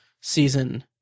season